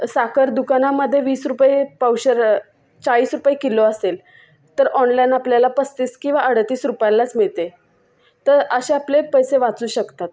साखर दुकानामध्ये वीस रुपये पावशेर चाळीस रुपये किलो असेल तर ऑनलाईन आपल्याला पस्तीस किंवा अडतीस रुपयालाच मिळते तर असे आपले पैसे वाचू शकतात